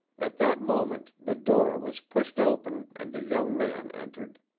at that moment the door was pushed open and a young man entered.